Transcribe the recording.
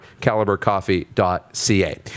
calibercoffee.ca